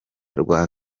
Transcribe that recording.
rwa